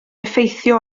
effeithio